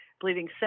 bleeding